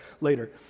later